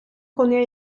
konuya